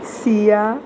Siya